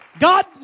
God